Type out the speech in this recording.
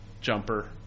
jumper